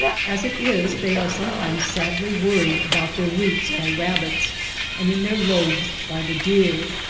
as it is they are sometimes sadly worried about their roots by rabbits and in their lobes by the deer.